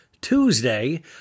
Tuesday